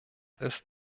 ist